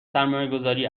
سرمایهگذاری